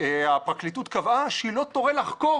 הפרקליטות קבעה שהיא לא תורה לחקור